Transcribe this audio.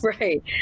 Right